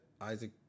Isaac